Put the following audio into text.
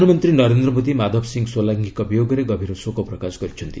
ପ୍ରଧାନମନ୍ତ୍ରୀ ନରେନ୍ଦ୍ର ମୋଦି ମାଧବସିଂ ସୋଲାଙ୍କି ଙ୍କ ବିୟୋଗରେ ଗଭୀର ଶୋକ ପ୍ରକାଶ କରିଛନ୍ତି